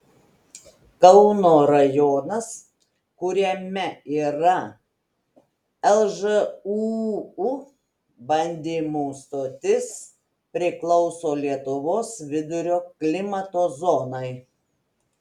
kauno rajonas kuriame yra lžūu bandymų stotis priklauso lietuvos vidurio klimato zonai